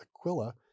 Aquila